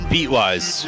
Beat-wise